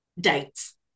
dates